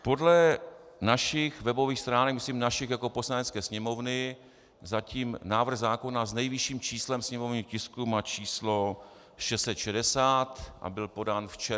Podle našich webových stránek, myslím našich jako Poslanecké sněmovny, zatím návrh zákona s nejvyšším číslem sněmovního tisku má číslo 660 a byl podán včera.